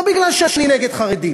לא כי אני נגד חרדים,